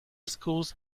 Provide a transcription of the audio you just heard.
schools